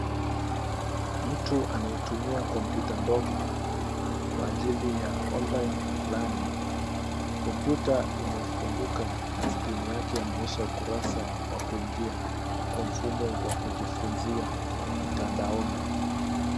Mtu anayetumia kompyuta ndogo kwa ajili ya online learning . Kompyuta imefunguka na skrini yake inaonyesha ukurasa wa kuingia kwa mfumo wa kujifunzia mtandanoni.